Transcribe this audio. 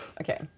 Okay